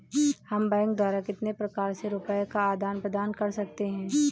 हम बैंक द्वारा कितने प्रकार से रुपये का आदान प्रदान कर सकते हैं?